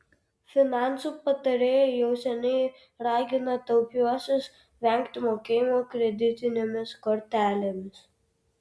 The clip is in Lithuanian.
finansų patarėjai jau seniai ragina taupiuosius vengti mokėjimų kreditinėmis kortelėmis